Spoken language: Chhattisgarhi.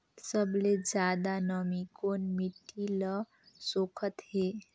सबले ज्यादा नमी कोन मिट्टी ल सोखत हे?